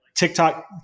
TikTok